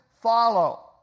follow